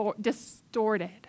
distorted